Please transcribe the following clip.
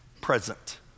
Present